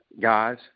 guys